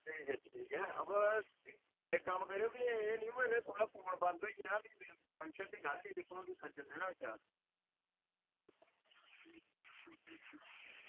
ठीक ऐ ठीक ऐ बा एह् कम्म निं करेओ की थुआढ़ा फोन बंद होई जा फंक्शन दी गल्ल ई भी दिक्खो अस खज्जल नना होई जाचै